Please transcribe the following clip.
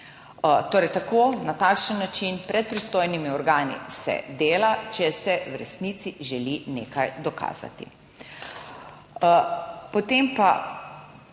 Torej tako, na takšen način pred pristojnimi organi se dela, če se v resnici želi nekaj dokazati.